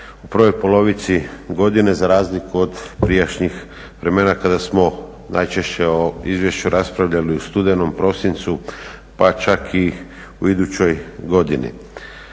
u prvoj polovici godine za razliku od prijašnjih vremena kada smo najčešće o izvješću raspravljali u studenom, prosincu pa čak i u idućoj godini.